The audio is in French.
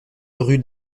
rue